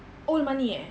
old money eh